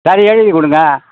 சரி எழுதிக் கொடுங்க